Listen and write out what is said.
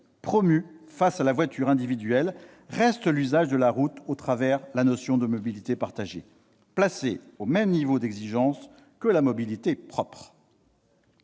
promue face à la voiture individuelle reste l'usage de la route au travers de la notion de mobilité partagée, qui est placée au même niveau d'exigence que la mobilité propre.